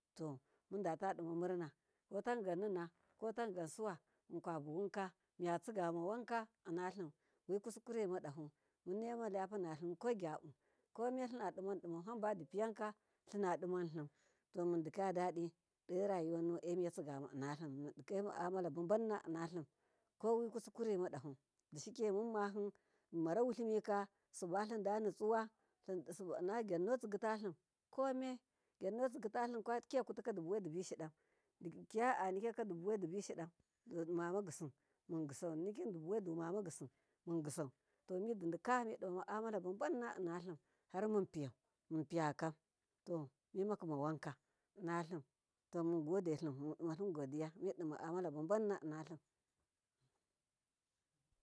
To munda tadima murna kotangan nina kotangan suwa munkwa buwunka miyatsigama wanka innalim, wikuskure madahu munnemalapinalim kogyabu komelinadiman diman hambadibipiya tlina diman lim, to mundikaya dadi dorayuwa nuwun emiyecigama innalim mundikai ma amalababanna innalim ko wikuskure madahu dashiki mun mahi munmara wali mika subalinda nicuwa innaginno tsgtshim komegy annotsigitalim kwakiya kutiko dibuwai dibishidan digyi ya anigyaka dibuwai dibishidan tumamagisi mun gisau nigyim dibuwa dumama gisi mun gisau, to mididika midin ma amala babuna innalim harman to piyau mun piyakam mimakimawanka innalim, to mun gode lim mundimalim godiya midin ma amala babanna innalim.